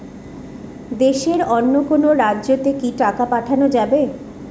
দেশের অন্য কোনো রাজ্য তে কি টাকা পাঠা যাবে?